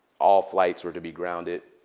all flights were to be grounded.